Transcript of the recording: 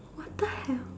what the hell